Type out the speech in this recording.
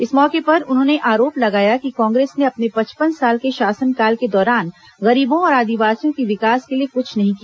इस मौके पर उन्होंने आरोप लगाया कि कांग्रेस ने अपने पचपन साल के शासनकाल के दौरान गरीबों और आदिवासियों के विकास के लिए कृछ नहीं किया